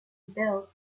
built